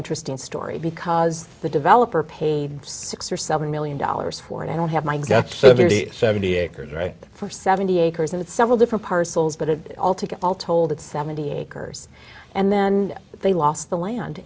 interesting story because the developer paid six or seven million dollars for it i don't have my got seventy seventy acres right for seventy acres and several different parcels but it all to get all told it's seventy acres and then they lost the land